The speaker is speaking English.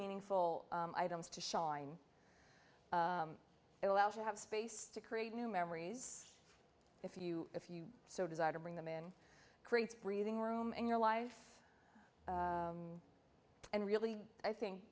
meaningful items to shine it allows you have space to create new memories if you if you so desire to bring them in creates breathing room in your life and really i think